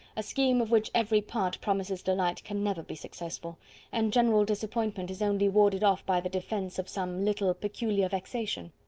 a scheme of which every part promises delight can never be successful and general disappointment is only warded off by the defence of some little peculiar vexation.